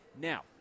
Now